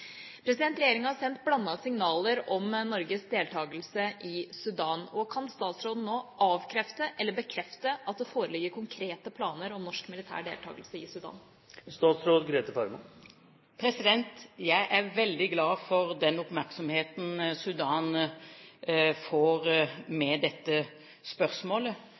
Regjeringa har sendt blandede signaler om Norges deltakelse i Sudan. Kan statsråden nå avkrefte eller bekrefte at det foreligger konkrete planer om norsk militær deltakelse i Sudan? Jeg er veldig glad for den oppmerksomheten Sudan får med dette spørsmålet.